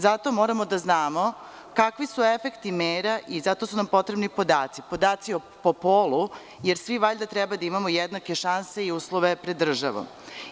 Zato moramo da znamo kakvi su efekti mera i zato su nam potrebni podaci, podaci po polu jer svi valjda treba da imamo jednake šanse i uslove pred državom.